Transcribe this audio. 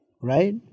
right